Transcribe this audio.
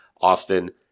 Austin